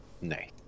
Nay